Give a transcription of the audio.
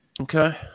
okay